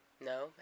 No